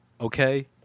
Okay